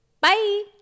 Bye